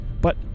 but